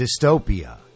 dystopia